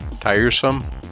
tiresome